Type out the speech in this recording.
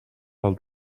del